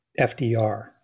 FDR